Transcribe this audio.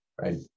right